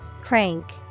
Crank